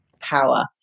power